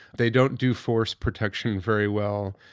they don't do force protection very well.